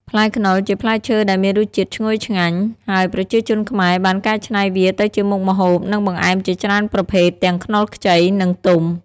ផ្លែខ្នុរ ជាផ្លែឈើដែលមានរសជាតិឈ្ងុយឆ្ងាញ់ ហើយប្រជាជនខ្មែរបានកែច្នៃវាទៅជាមុខម្ហូប និងបង្អែមជាច្រើនប្រភេទ ទាំងខ្នុរខ្ចី និងទុំ។